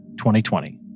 2020